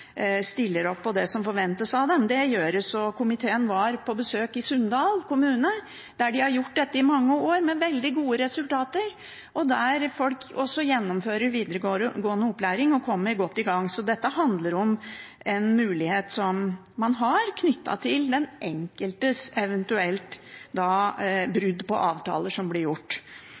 stiller opp på det som forventes av dem, så det gjøres. Komiteen var på besøk i Sunndal kommune. Der har de gjort dette i mange år med veldig gode resultater, og folk gjennomfører videregående opplæring og kommer godt i gang. Dette handler om en mulighet man har, knyttet til den enkeltes eventuelle brudd på avtaler som blir gjort.